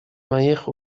моих